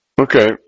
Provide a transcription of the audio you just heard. Okay